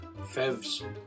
FEVs